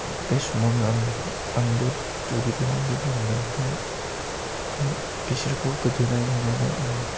बे समावनो आं आंबो दुगैदोंमोन बे बान्दोआवहाय ओमफाय बिसोरखौ गोदोनाय नुनानै आं